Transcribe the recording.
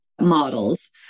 models